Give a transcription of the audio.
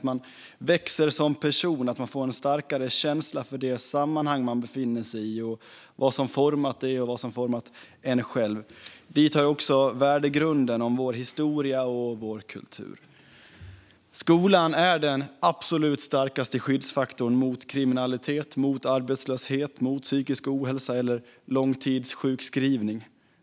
Man växer som person och får en starkare känsla för det sammanhang som man befinner sig i och för vad som har format detta sammanhang och en själv. Dit hör också värdegrunden, vår historia och vår kultur. Skolan är den absolut starkaste skyddsfaktorn mot kriminalitet, arbetslöshet, psykisk ohälsa och långtidssjukskrivning.